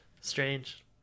Strange